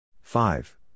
Five